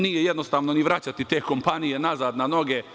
Nije jednostavno ni vraćati te kompanije nazad na noge.